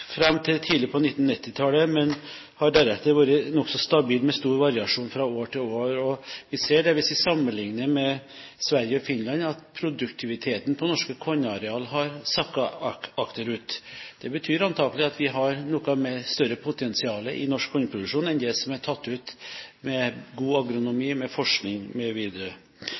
fram til tidlig på 1990-tallet, men har deretter vært nokså stabil, med stor variasjon fra år til år, og vi ser, hvis vi sammenligner med Sverige og Finland, at produktiviteten på norske kornarealer har sakket akterut. Det betyr antakelig at vi har et noe større potensial i norsk kornproduksjon enn det som er tatt ut, med god agronomi, med forskning mv. Med